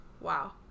Wow